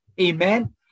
Amen